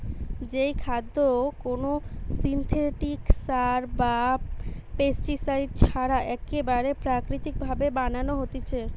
যেই খাদ্য কোনো সিনথেটিক সার বা পেস্টিসাইড ছাড়া একেবারে প্রাকৃতিক ভাবে বানানো হতিছে